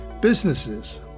businesses